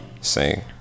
Sing